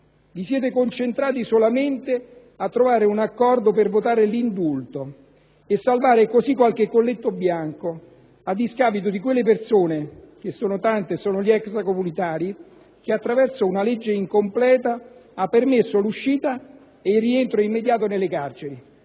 Vi siete concentrati solamente a trovare un accordo per votare l'indulto e salvare così qualche colletto bianco a discapito di quelle persone (che sono tante e sono gli extracomunitari) che una legge incompleta ha fatto rientrare immediatamente nelle carceri.